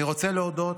אני רוצה להודות